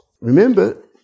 Remember